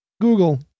Google